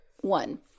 One